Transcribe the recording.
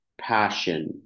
passion